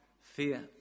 fear